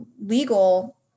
legal